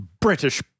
British